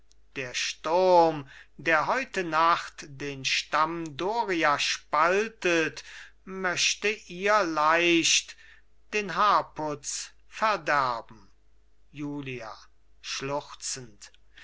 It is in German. der sturm der heute nacht den stamm doria spaltet möchte ihr leicht den haarputz verderben julia schluchzend